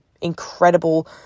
incredible